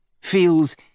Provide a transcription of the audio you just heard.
Feels